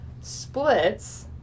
splits